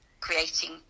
creating